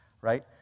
Right